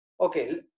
okay